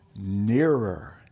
nearer